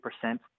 percent